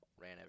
ran